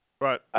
Right